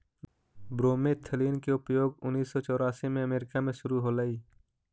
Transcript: bromethalin के उपयोग उन्नीस सौ चौरासी में अमेरिका में शुरु होलई